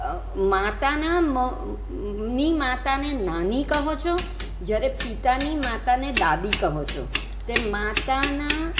માતાના મ ની માતાને નાની કહો છો જ્યારે પિતાની માતાને દાદી કહો છો તે માતાના